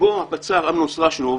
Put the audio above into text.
שבו הפצ"ר אמנון סטרשנוב